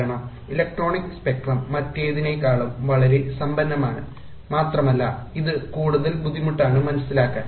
കാരണം electronic spectrum മറ്റേതിനേക്കാളും വളരെ സമ്പന്നമാണ് മാത്രമല്ല ഇത് കൂടുതൽ ബുദ്ധിമുട്ടാണ് മനസിലാക്കാൻ